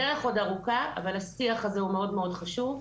הדרך עוד ארוכה, אבל השיח הזה הוא מאוד מאוד חשוב.